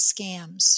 scams